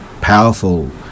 powerful